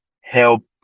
help